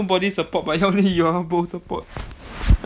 nobody support but only y'all go support